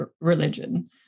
religion